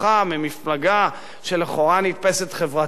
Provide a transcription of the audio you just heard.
ממפלגה שלכאורה נתפסת חברתית.